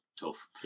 tough